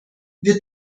wir